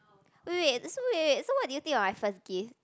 wait wait wait so wait wait so what do you think of my first gift